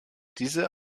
diese